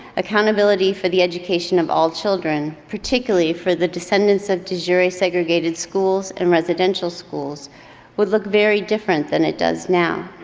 accountability for the education of all children particularly for the descendants of de jure segregated schools and residential schools would look very different than it does now.